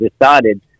decided